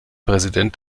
präsident